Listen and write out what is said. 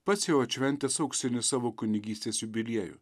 pats jau atšventęs auksinį savo kunigystės jubiliejų